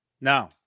now